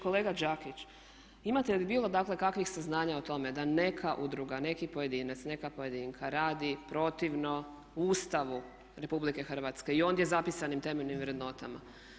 Kolega Đakić, imate li bilo kakvih saznanja o tome da neka udruga, neki pojedinac, neka pojedinka radi protivno Ustavu RH i ondje zapisanim temeljnim vrednotama?